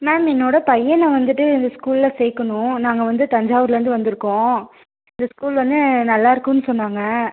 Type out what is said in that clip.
ma'am என்னோடய பையனை வந்துட்டு இந்த ஸ்கூல்லில் சேர்க்கணும் நாங்கள் வந்து தஞ்சாவூர்லேருந்து வந்துருக்கோம் இந்த ஸ்கூல் வந்து நல்லாயிருக்குன்னு சொன்னாங்கள்